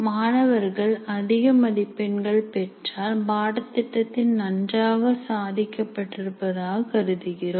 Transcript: மாணவர்கள் அதிக மதிப்பெண்கள் பெற்றால் பாடத்திட்டத்தின் நன்றாக சாதிக்கப்பட்டிருப்பதாக கருதுகிறோம்